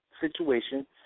situation